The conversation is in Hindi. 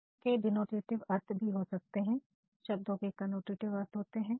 शब्दों के दिनोटेटिवे अर्थ भी हो सकते हैं शब्दों के कनोटेटिवे अर्थ होते हैं